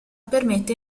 permette